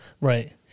Right